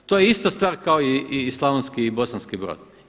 To je ista stvar kao i Slavonski i Bosanski Brod.